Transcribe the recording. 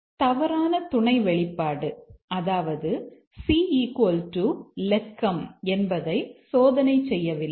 மற்றும் தவறான துணை வெளிப்பாடு அதாவது c இலக்கம் என்பதை சோதனை செய்யவில்லை